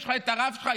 יש לך את הרב שלך,